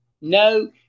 no